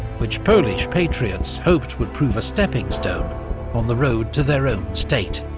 which polish patriots hoped would prove a stepping stone on the road to their own state.